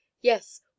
Yes